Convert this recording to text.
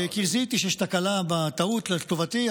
כי זיהיתי שיש תקלה, טעות לטובתי.